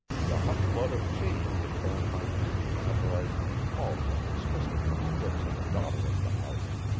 the hot blood of shame had burned my cheeks whenever i recalled my dismissal from the lips of the daughter of the house.